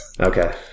Okay